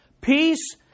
Peace